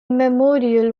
memorial